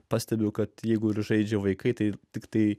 pastebiu kad jeigu ir žaidžia vaikai tai tiktai